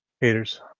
Haters